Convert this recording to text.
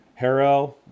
Harrell